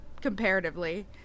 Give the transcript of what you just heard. Comparatively